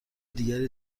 دیگری